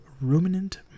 ruminant